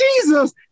Jesus